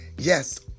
Yes